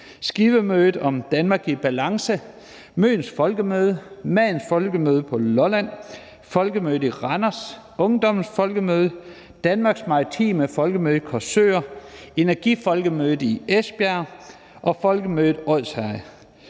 Skivemødet om Danmark i balance, Folkemøde Møn, Madens Folkemøde på Lolland, Folkemøde Randers, Ungdommens Folkemøde, Danmarks Maritime Folkemøde i Korsør, Energiens Folkemøde i Esbjerg og Folkemødet i